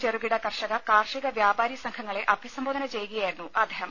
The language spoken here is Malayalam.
ചെറുകിട കർഷക കാർഷിക വ്യാപാരി സംഘങ്ങളെ അഭിസംബോധന ചെയ്യുകയായിരുന്നു അദ്ദേഹം